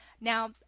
Now